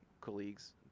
colleagues